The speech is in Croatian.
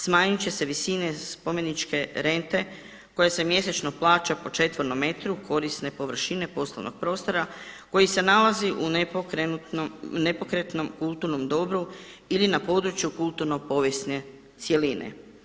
Smanjit će se visine spomeničke rente koje se mjesečno plaća po četvornom metru korisne površine poslovnog prostora koji se nalazi u nepokretnom kulturnom dobru ili na području kulturno-povijesne cjeline.